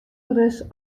ris